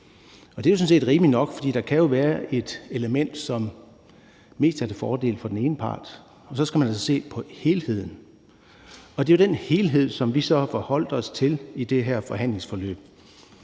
Det er sådan set rimeligt nok, for der kan være et element, som mest er til fordel for den ene part, og så skal man jo se på helheden. Det er den helhed, som vi så har forholdt os til i det her forhandlingsforløb,